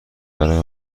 برای